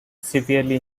severely